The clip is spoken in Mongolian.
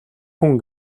хүн